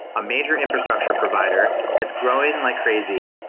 a major infrastructure provider that's growing like crazy,